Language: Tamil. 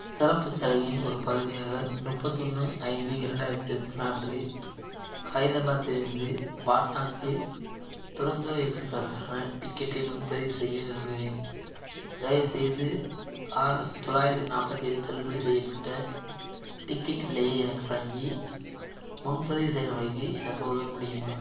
சிறப்புச் சலுகையின் ஒரு பகுதியாக முப்பத்தொன்னு ஐந்து இரண்டாயிரத்தி இருபத்தி நாலு அன்று ஹைதராபாத்திலிருந்து பாட்னாக்கு துரந்தோ எக்ஸ்பிரஸ்க்கான டிக்கெட்டை முன்பதிவு செய்ய விரும்புகிறேன் தயவு செய்து ஆர்எஸ் தொள்ளாயிரத்தி நாற்பத்தி ஏழு தள்ளுபடி செய்யப்பட்ட டிக்கெட் விலையை எனக்கு வழங்கி முன்பதிவு செயல்முறைக்கு எனக்கு உதவ முடியுமா